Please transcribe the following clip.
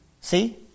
See